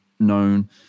known